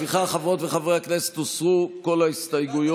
מיקי,